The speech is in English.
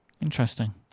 Interesting